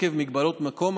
עקב מגבלות מקום,